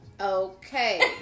Okay